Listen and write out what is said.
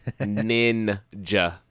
ninja